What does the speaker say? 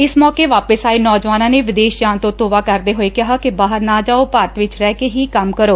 ਇਸ ਮੌਕੇ ਵਾਪਸ ਆਏ ਨੌਜਵਾਨਾ ਨੇ ਵਿਦੇਸ਼ ਜਾਣ ਤੋ' ਤੌਬਾ ਕਰਦੇ ਹੋਏ ਕਿਹਾ ਕਿ ਬਾਹਰ ਨਾ ਜਾਓ ਭਾਰਤ ਵਿਚ ਰਹਿ ਕੇ ਹੀ ਕੰਮ ਕਰੋ